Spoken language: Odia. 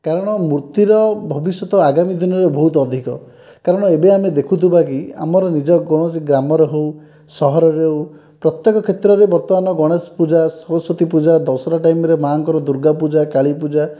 କାରଣ ମୂର୍ତ୍ତିର ଭବିଷ୍ୟତ ଆଗାମୀ ଦିନରେ ବହୁତ ଅଧିକ କାରଣ ଏବେ ଆମେ ଦେଖୁଥିବା କି ଆମର ନିଜ କୌଣସି ଗ୍ରାମରେ ହେଉ ସହରରେ ହେଉ ପ୍ରତ୍ୟେକ କ୍ଷେତ୍ରରେ ବର୍ତ୍ତମାନ ଗଣେଶ ପୂଜା ସରସ୍ଵତୀ ପୂଜା ଦଶହରା ଟାଇମ୍ରେ ମା'ଙ୍କର ଦୁର୍ଗାପୂଜା କାଳିପୂଜା